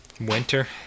Winter